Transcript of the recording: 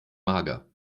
mager